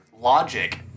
Logic